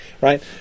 right